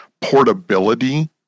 portability